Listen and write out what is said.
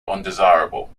undesirable